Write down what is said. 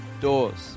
doors